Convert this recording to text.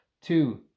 Two